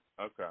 Okay